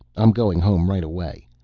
i'm going home right away.